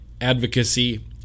advocacy